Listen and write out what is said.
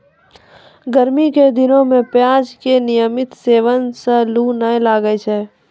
गर्मी के दिनों मॅ प्याज के नियमित सेवन सॅ लू नाय लागै छै